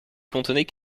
contenait